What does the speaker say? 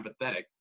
empathetic